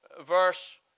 verse